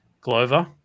Glover